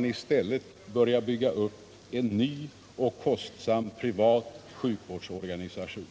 då i stället skall börja bygga upp en ny och kostsam privat sjukvårdsorganisation.